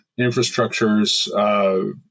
infrastructures